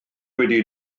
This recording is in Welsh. wedi